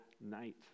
night